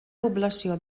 població